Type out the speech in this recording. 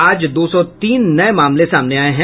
आज दो सौ तीन नये मामले सामने आये हैं